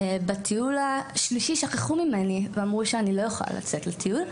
בטיול השלישי שכחו ממני ואמרו שאני לא יכולה לצאת לטיול,